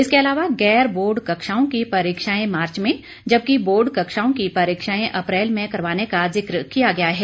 इसके अलावा गैर बोर्ड कक्षाओं की परीक्षाएं मार्च में जबकि बोर्ड कक्षाओं की परीक्षाएं अप्रैल में करवाने का जिक्र किया गया है